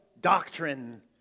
doctrine